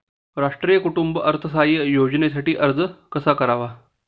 राष्ट्रीय कुटुंब अर्थसहाय्य योजनेसाठी अर्ज कसा करावा?